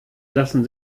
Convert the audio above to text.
lassen